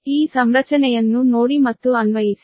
ಈ ಸಂರಚನೆಯನ್ನು ನೋಡಿ ಮತ್ತು ಅನ್ವಯಿಸಿ